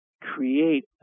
create